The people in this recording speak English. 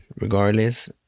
Regardless